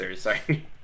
sorry